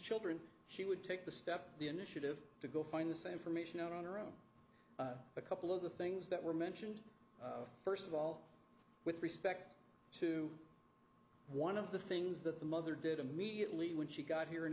children she would take the step the initiative to go find the same for mission out on her own a couple of the things that were mentioned first of all with respect to one of the things that the mother did immediately when she got here in